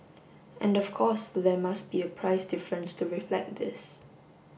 and of course there must be a price difference to reflect this